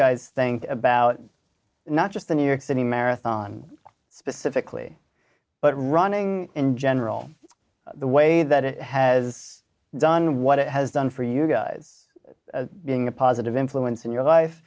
guys think about not just the new york city marathon specifically but running in general the way that it has done what it has done for you guys being a positive influence in your life